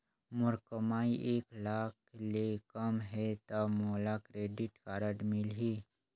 मोर कमाई एक लाख ले कम है ता मोला क्रेडिट कारड मिल ही?